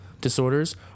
disorders